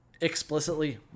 explicitly